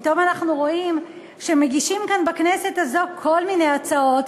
פתאום אנחנו רואים שמגישים בכנסת הזאת כל מיני הצעות,